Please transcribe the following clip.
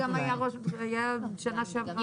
זה גם היה בשנה שעברה.